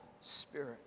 spirit